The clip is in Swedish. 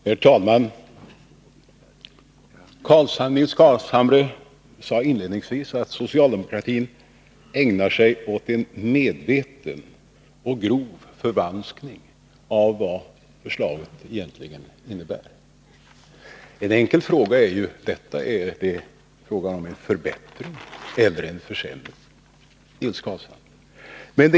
Herr talman! Nils Carlshamre sade inledningsvis att socialdemokratin ägnar sig åt en medveten och grov förvanskning av vad förslaget egentligen innebär. En enkel fråga i det sammanhanget: Rör det sig om en förbättring eller en försämring, Nils Carlshamre?